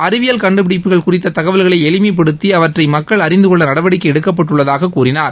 அறிவியல் கண்டுபிடிப்புகள் குறித்த தகவல்களை எளிமைப்படுத்தி அவற்றை மக்கள் அறிந்து கொள்ள நடவடிக்கை எடுக்கப்பட்டுள்ளதாக கூறினார்